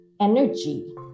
energy